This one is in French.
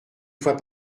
fois